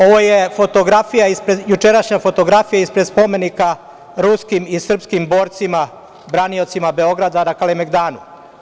Ovo je jučerašnja fotografija ispred spomenika ruskim i srpskim borcima braniocima Beograda na Kalemegdanu.